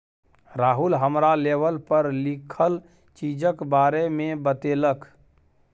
राहुल हमरा लेवल पर लिखल चीजक बारे मे बतेलक